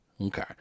Okay